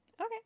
Okay